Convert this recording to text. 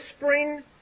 whispering